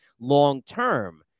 long-term